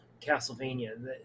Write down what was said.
Castlevania